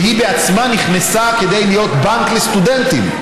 שהיא בעצמה נכנסה להיות בנק לסטודנטים.